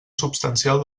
substancial